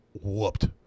whooped